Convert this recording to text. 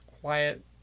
quiet